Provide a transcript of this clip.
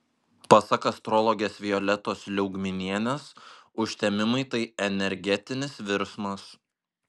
pasak astrologės violetos liaugminienės užtemimai tai energetinis virsmas